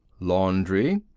laundry.